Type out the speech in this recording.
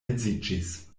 edziĝis